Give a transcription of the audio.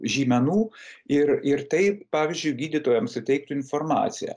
žymenų ir ir taip pavyzdžiui gydytojams suteiktų informaciją